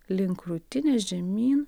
link krūtinės žemyn